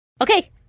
Okay